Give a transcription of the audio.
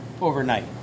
overnight